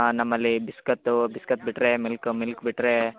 ನಮ್ಮಲ್ಲಿ biscuit biscuit ಬಿಟ್ಟರೆ milk milk ಬಿಟ್ರೆ